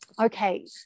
okay